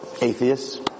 Atheists